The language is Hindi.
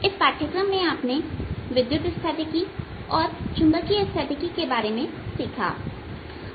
इस पाठ्यक्रम में आपने विद्युत स्थैतिकी और चुंबकीय स्थैतिकी के बारे में सीखा है